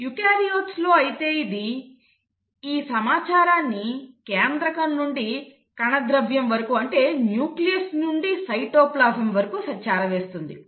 eukaryotes లో అయితే ఇది ఈ సమాచారాన్ని కేంద్రకం నుండి కణ ద్రవ్యం వరకు అంటే న్యూక్లియస్ నుండి సైటోప్లాజం వరకు చేరవేస్తుంది